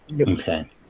Okay